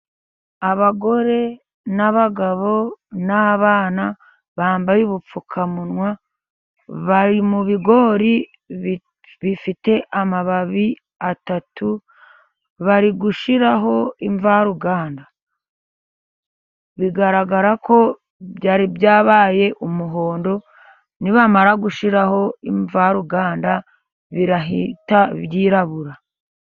Abagore n'abagabo n'abana bambaye ubupfukamunwa, bari mu bigori bifite amababi atatu, bari gushyiraho imvaruganda. Bigaragara ko byari byabaye umuhondo, nibamara gushyiraho imvaruganda, birahita byirabura.